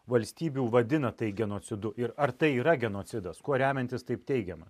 valstybių vadina tai genocidu ir ar tai yra genocidas kuo remiantis taip teigiama